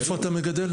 איפה אתה מגדל?